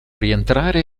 rientrare